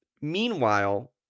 meanwhile